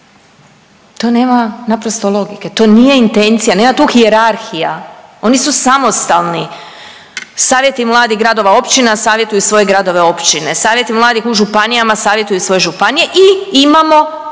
To nema naprosto logike, to nije intencija, nema tu hijerarhija. Oni su samostalni, savjeti mladih gradova i općina, savjetuju svoje gradove, općine. Savjeti mladih u županijama savjetuju svoje županije i imamo